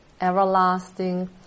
everlasting